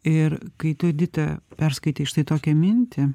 ir kai tu edita perskaitei štai tokią mintį